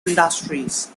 industries